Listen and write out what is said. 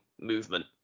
movement